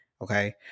okay